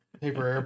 paper